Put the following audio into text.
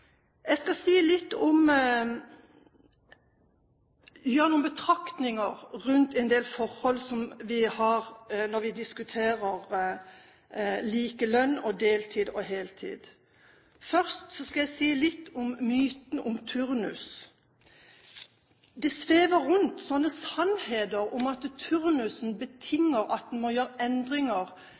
Jeg skal gjøre noen betraktninger rundt en del forhold når vi diskuterer likelønn og deltid og heltid. Først skal jeg si litt om myten om turnus. Det svever rundt slike «sannheter» at turnusen betinger at man må gjøre endringer